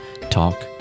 Talk